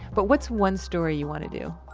but what's one story you want to do?